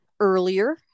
earlier